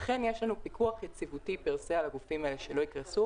אכן יש לנו פיקוח יציבותי פר סה על הגופים האלה שלא יקרסו.